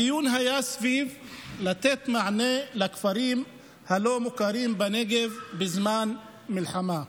הדיון היה סביב מתן מענה לכפרים הלא-מוכרים בנגב בזמן מלחמה.